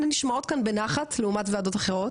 נשמעות כאן בנחת לעומת ועדות אחרות,